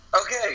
Okay